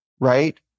right